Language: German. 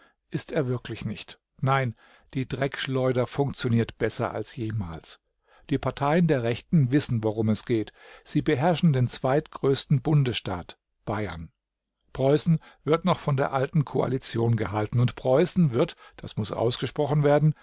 ist er wirklich nicht nein die dreckschleuder funktioniert besser als jemals die parteien der rechten wissen worum es geht sie beherrschen den zweitgrößten bundesstaat bayern preußen wird noch von der alten koalition gehalten und preußen wird das muß ausgesprochen werden